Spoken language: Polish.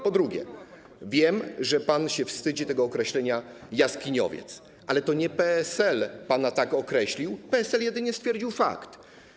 Po drugie, wiem, że pan się wstydzi tego określenia: jaskiniowiec, ale to nie PSL tak pana określił, PSL jedynie stwierdził fakt.